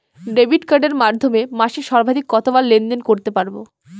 Debit কার্ডের মাধ্যমে মাসে সর্বাধিক কতবার লেনদেন করতে পারবো?